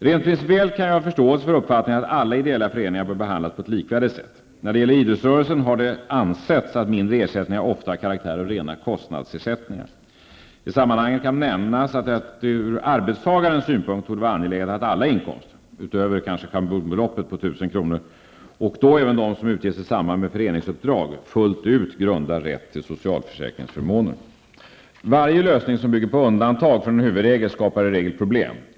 Rent principiellt kan jag ha förståelse för uppfattningen att alla ideella föreningar bör behandlas på ett likvärdigt sätt. När det gäller idrottsrörelsen har det ansetts att mindre ersättningar ofta har karaktär av rena kostnadsersättningar. I sammanhanget kan nämnas att det ur arbetstagarens synpunkt torde vara angeläget att alla inkomster, utöver schablonbeloppet på 1 000 kr., och då även de som utges i samband med föreningsuppdrag fullt ut grundar rätt till socialförsäkringsförmåner. Varje lösning som bygger på undantag från en huvudregel skapar i regel problem.